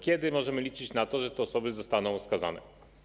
Kiedy możemy liczyć na to, że te osoby zostaną skazane?